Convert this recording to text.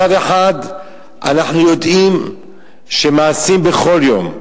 מצד אחד אנחנו יודעים על מעשים בכל יום,